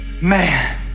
man